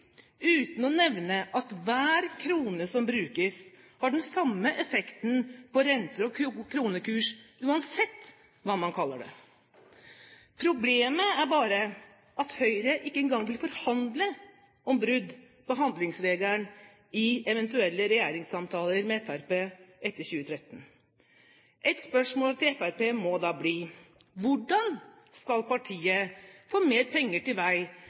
uten å nevne at hver krone som brukes, har den samme effekten på renter og kronekurs, uansett hva man kaller det. Problemet er bare at Høyre ikke engang vil forhandle om brudd på handlingsregelen i eventuelle regjeringssamtaler med Fremskrittspartiet etter 2013. Et spørsmål til Fremskrittspartiet må da bli: Hvordan skal partiet få mer penger til vei